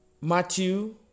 Matthew